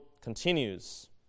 continues